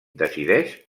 decideix